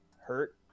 hurt